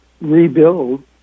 rebuild